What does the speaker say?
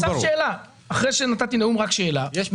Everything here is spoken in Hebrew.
אחרי שנתתי נאום, יש לי שאלה.